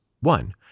One